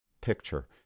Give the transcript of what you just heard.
picture